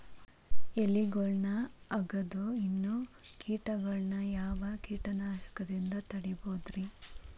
ಎಲಿಗೊಳ್ನ ಅಗದು ತಿನ್ನೋ ಕೇಟಗೊಳ್ನ ಯಾವ ಕೇಟನಾಶಕದಿಂದ ತಡಿಬೋದ್ ರಿ?